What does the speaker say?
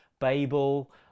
Babel